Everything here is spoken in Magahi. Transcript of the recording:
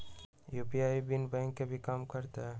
यू.पी.आई बिना बैंक के भी कम करतै?